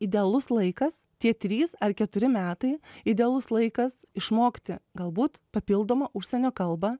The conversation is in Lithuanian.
idealus laikas tie trys ar keturi metai idealus laikas išmokti galbūt papildomą užsienio kalbą